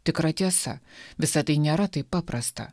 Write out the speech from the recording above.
tikra tiesa visa tai nėra taip paprasta